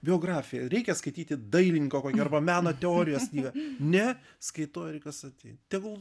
biografiją reikia skaityti dailininko kokio arba meno teorijos knygą ne skaitau eriką saty tegul